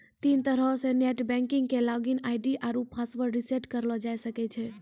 तीन तरहो से नेट बैंकिग के लागिन आई.डी आरु पासवर्ड रिसेट करलो जाय सकै छै